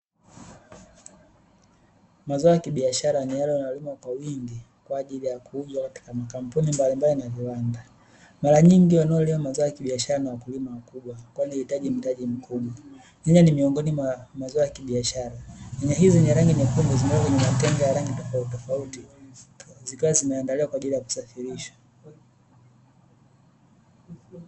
Wakulima wa nne, wakiwa ndani ya shamba wakiwa wamevaa nguo maalumu, kwa ajili ya kazi hiyo Pembeni yako kuna vikapu vya plastiki kwa ajili ya kubeBea bidhaa hizo.